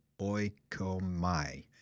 oikomai